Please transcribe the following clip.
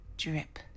Drip